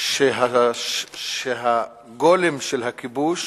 שבה הגולם של הכיבוש